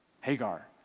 Hagar